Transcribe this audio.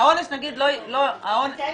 שהאונס נגיד לא התבצע.